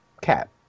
cat